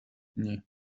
dni